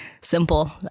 simple